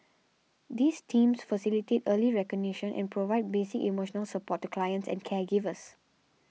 these teams facilitate early recognition and provide basic emotional support to clients and caregivers